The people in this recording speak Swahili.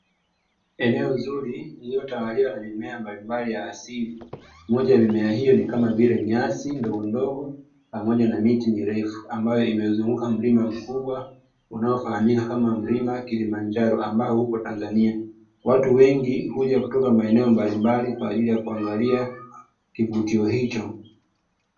Eneo zuri lilotawaliwa na mimea mbalimbali ya asili, moja ya mimea hiyo ni kama vile nyasi ndogondogo, pamoja na miti mirefu ambayo imezunguka mlima mkubwa, unaofahamika kama mlima kilimanjaro ambao upo Tanzania. Watu wengi huja kutoka maeneo mbalimbali, kwa ajili ya kuangalia kivutio hicho.